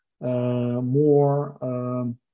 more